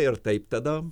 ir taip tada